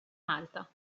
malta